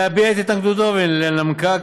להביע את התנגדותו ולנמקה,